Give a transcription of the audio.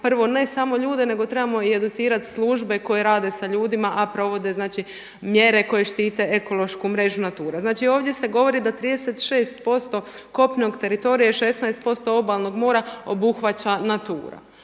prvo ne samo ljude, nego trebamo i educirat službe koje rade sa ljudima, a provode znači mjere koje štite ekološku mrežu NATURA. Znači, ovdje se govori da 36% kopnenog teritorija i 16% obalnog mora obuhvaća NATURA.